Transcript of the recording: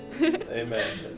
Amen